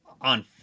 on